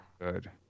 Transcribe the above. good